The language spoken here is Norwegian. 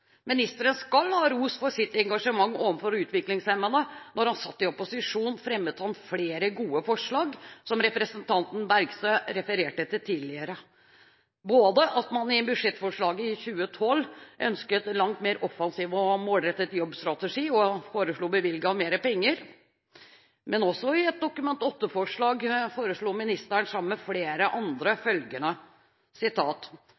Ministeren skal ha ros for sitt engasjement overfor utviklingshemmede. Da han satt i opposisjon, fremmet han flere gode forslag, som representanten Bergstø refererte til tidligere – både at man i budsjettforslaget i 2012 ønsket en langt mer offensiv og målrettet jobbstrategi og foreslo å bevilge mer penger, og også at ministeren sammen med flere andre i et Dokument 8-forslag foreslo